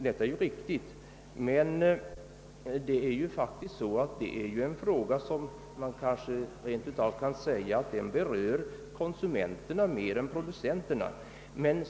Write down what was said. Den frågan berör kanske för övrigt konsumenterna mer än producenterna.